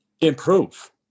Improve